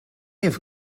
have